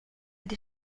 des